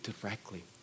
directly